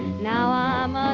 now i'm